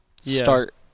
start